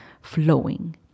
flowing